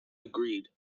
agreed